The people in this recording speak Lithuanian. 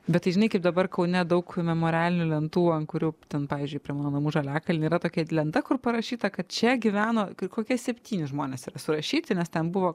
bet tai žinai kaip dabar kaune daug memorialinių lentų an kurių ten pavyzdžiui prie mano namų žaliakalny yra tokia lenta kur parašyta kad čia gyveno kokie septyni žmonės yra surašyti nes ten buvo